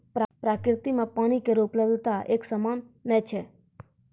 प्रकृति म पानी केरो उपलब्धता एकसमान नै छै